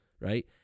right